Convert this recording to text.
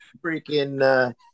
freaking